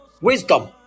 wisdom